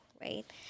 right